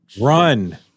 run